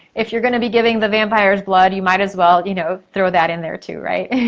if you're gonna be giving the vampires blood, you might as well you know throw that in there too, right?